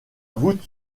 voûte